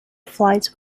flight